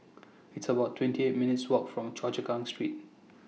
It's about twenty eight minutes' Walk from Choa Chu Kang Street